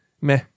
Meh